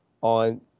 on